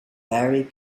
very